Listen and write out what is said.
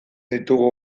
ditugu